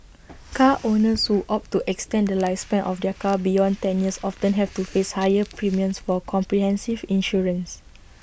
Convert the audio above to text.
car owners who opt to extend the lifespan of their car beyond ten years often have to face higher premiums for comprehensive insurance